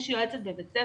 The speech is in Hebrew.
יש יועצת בבית הספר,